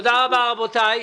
תודה רבה, רבותיי.